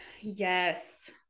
Yes